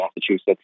Massachusetts